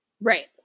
Right